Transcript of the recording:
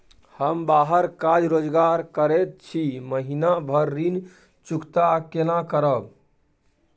हम बाहर काज रोजगार करैत छी, महीना भर ऋण चुकता केना करब?